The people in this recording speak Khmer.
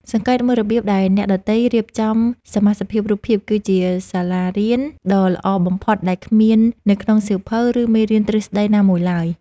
សង្កេតមើលរបៀបដែលអ្នកដទៃរៀបចំសមាសភាពរូបភាពគឺជាសាលារៀនដ៏ល្អបំផុតដែលគ្មាននៅក្នុងសៀវភៅ ឬ មេរៀនទ្រឹស្តីណាមួយឡើយ។